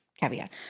caveat